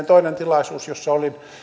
toinen tilaisuus jossa olin